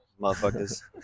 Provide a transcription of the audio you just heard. Motherfuckers